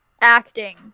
acting